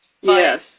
Yes